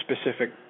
specific